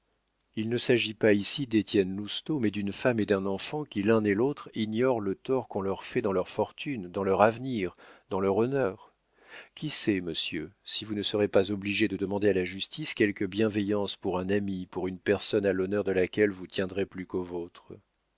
il ne s'agit pas ici d'étienne lousteau mais d'une femme et d'un enfant qui l'un et l'autre ignorent le tort qu'on leur fait dans leur fortune dans leur avenir dans leur honneur qui sait monsieur si vous ne serez pas obligé de demander à la justice quelque bienveillance pour un ami pour une personne à l'honneur de laquelle vous tiendrez plus